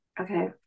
Okay